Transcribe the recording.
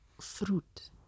fruit